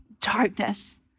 darkness